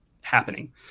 happening